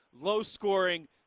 low-scoring